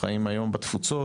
חיים היום בתפוצות,